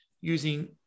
using